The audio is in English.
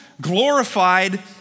glorified